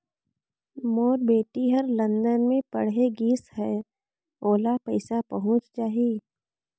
मोर बेटी हर लंदन मे पढ़े गिस हय, ओला पइसा पहुंच जाहि?